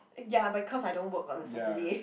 ya but cause I don't work on a Saturday